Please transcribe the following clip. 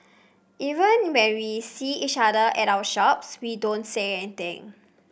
even when we see each other at our shops we don't say anything